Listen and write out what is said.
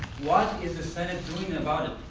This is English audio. what is the senate doing and about it?